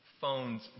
phone's